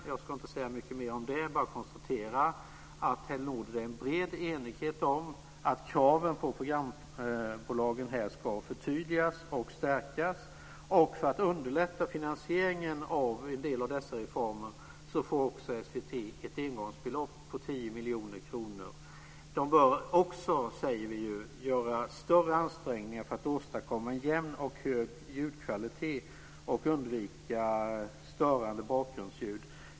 Jag ska inte säga mycket om det utan bara konstatera att här råder en bred enighet om att kraven på programbolagen ska förtydligas och stärkas. För att underlätta finansieringen av en del av dessa reformer får också SVT ett engångsbelopp på 10 miljoner kronor. De bör också göra större ansträngningar för att åstadkomma en jämn och hög ljudkvalitet och undvika störande bakgrundsljud.